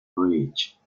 bridge